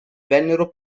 vennero